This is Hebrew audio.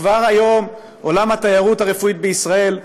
וכבר היום עולם התיירות הרפואית בישראל,